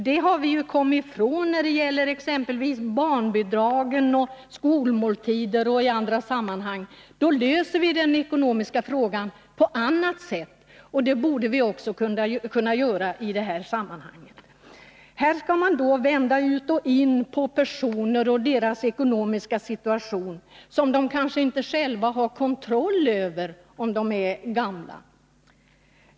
Vi har kommit ifrån denna när det gäller exempelvis barnbidragen och skolmåltiderna. Därvid löser vi den ekonomiska frågan på annat sätt, och det borde vi kunna göra också i detta sammanhang. Här skall man vända ut och in på personers ekonomiska situation, som de själva kanske inte har kontroll över när de blivit gamla.